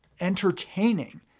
entertaining